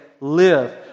live